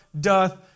doth